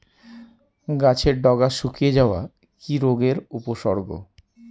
গাছের ডগা শুকিয়ে যাওয়া কি রোগের উপসর্গ?